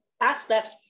aspects